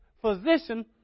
physician